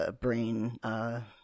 brain